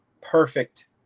perfect